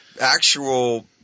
actual